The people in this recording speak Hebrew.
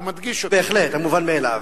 הוא מדגיש, בהחלט, המובן מאליו.